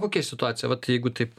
kokia situacija vat jeigu taip